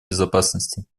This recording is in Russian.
безопасности